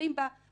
ברור